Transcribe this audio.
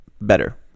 Better